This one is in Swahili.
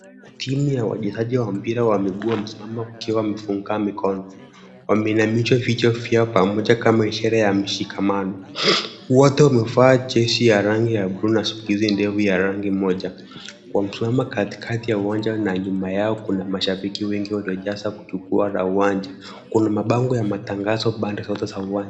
Timu ya wachezaji wa mpira wa miguu wamesimama wakiwa wamefunga mikono, wameinamisha vichwa vyao pamoja kama ishara ya mshikamano, wote wamevaa jezi ya rangi ya bluu na suruali ndefu ya rangi ya moja, wamesimama katikati ya uwanja na nyuma yao kuna mashabiki wengi waliojaza ua la uwanja, kuna mabango ya matangazo pande zote za uwanja.